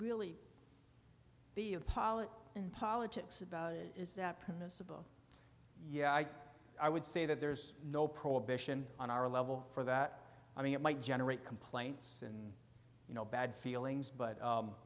really be a pilot in politics about it is that permissible yeah i would say that there's no prohibition on our level for that i mean it might generate complaints and you know bad feelings but